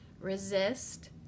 Resist